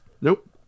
nope